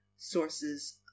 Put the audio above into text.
sources